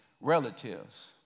relatives